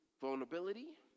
vulnerability